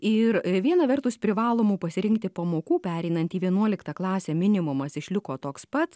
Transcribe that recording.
ir viena vertus privalomų pasirinkti pamokų pereinant į vienuoliktą klasę minimumas išliko toks pat